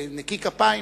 נקי כפיים.